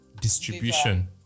distribution